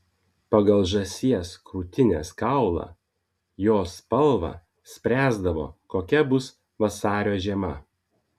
pagal žąsies krūtinės kaulą jo spalvą spręsdavo kokia bus vasario žiema